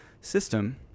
system